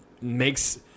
makes